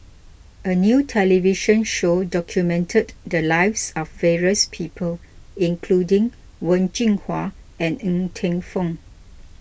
a new television show documented the lives of various people including Wen Jinhua and Ng Teng Fong